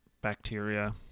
bacteria